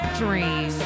dream